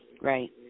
right